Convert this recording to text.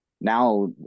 now